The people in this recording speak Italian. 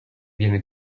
viene